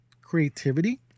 creativity